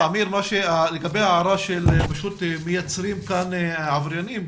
לגבי ההערה שמייצרים כאן עבריינים.